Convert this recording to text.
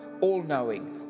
all-knowing